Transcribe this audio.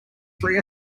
three